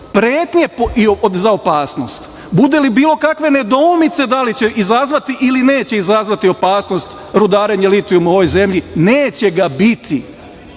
pretnje za opasnost, bude li bilo kakve neudomice da li će izazvati ili neće izazvati opasnost rudarenje litijuma u ovoj zemlji, neće ga biti.